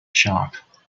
shop